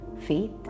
faith